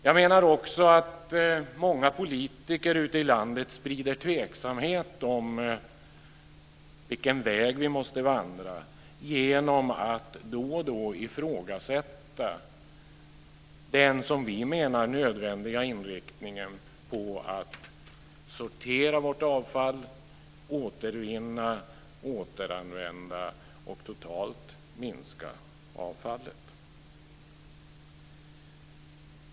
Jag menar också att många politiker ute i landet sprider tveksamhet om vilken väg vi måste vandra genom att då och då ifrågasätta den, som vi menar, nödvändiga inriktningen på att sortera vårt avfall, återvinna, återanvända och totalt minska avfallet.